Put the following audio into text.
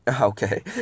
Okay